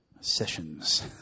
sessions